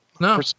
No